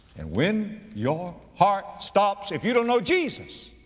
and when your heart stops, if you don't know jesus,